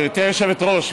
גברתי היושבת-ראש,